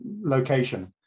location